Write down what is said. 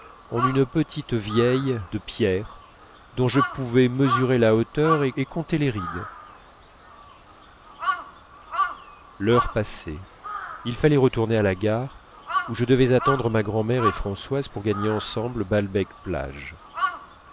en une petite vieille de pierre dont je pouvais mesurer la hauteur et compter les rides l'heure passait il fallait retourner à la gare où je devais attendre ma grand'mère et françoise pour gagner ensemble